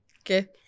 Okay